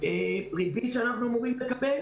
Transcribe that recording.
ריבית שאנחנו אמורים לקבל